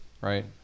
right